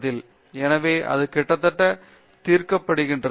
பேராசிரியர் பிரதாப் ஹரிதாஸ் சரி